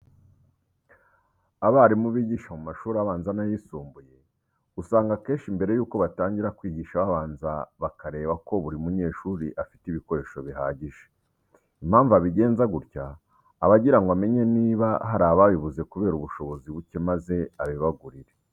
Abarimu bigisha mu mashuri abanza n'ayisumbuye, usanga akenshi mbere yuko batangira kwigisha babanza bakareba ko buri munyeshuri afite ibikoresho bihagije. Impamvu abigenza gutya, aba agira ngo amenye niba hari ababibuze kubera ubushobozi buke maze abibagurire.